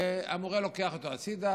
והמורה לוקח אותו הצידה